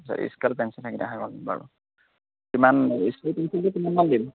আচ্ছা scale pencil থাকিলে হৈ গ'ল বাৰু কিমান স্কেল পেঞ্চিলটো কিমানমান দিম